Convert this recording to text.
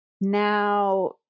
Now